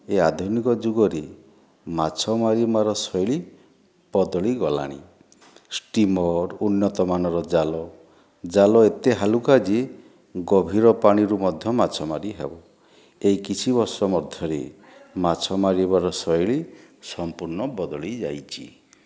ଏ ଆଧୁନିକ ଯୁଗରେ ମାଛ ମାରିବାର ଶୈଳୀ ବଦଳି ଗଲାଣି ଷ୍ଟିମର ଉନ୍ନତମାନର ଜାଲ ଜାଲ ଏତେ ହାଲୁକା ଯେ ଗଭୀର ପାଣିରୁ ମଧ୍ୟ ମାଛ ମାରି ହେବ ଏଇ କିଛି ବର୍ଷ ମଧ୍ୟରେ ମାଛ ମାରିବାର ଶୈଳୀ ସଂପୂର୍ଣ୍ଣ ବଦଳି ଯାଇଛି